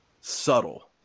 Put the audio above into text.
subtle